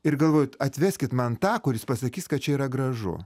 ir galvoju atveskit man tą kuris pasakys kad čia yra gražu